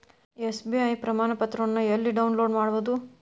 SBI ಪ್ರಮಾಣಪತ್ರವನ್ನ ಎಲ್ಲೆ download ಮಾಡೊದು?